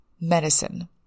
medicine